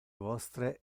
vostre